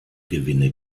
gewinne